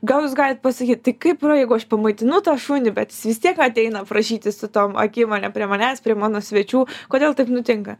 gal jūs galit pasakyt tai kaip yra jeigu aš pamaitinu tą šunį bet jis vis tiek ateina prašyti su tom akim ane prie manęs prie mano svečių kodėl taip nutinka